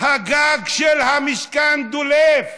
הגג של המשכן דולף.